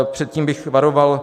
Před tím bych varoval.